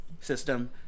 system